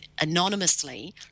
anonymously